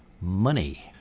money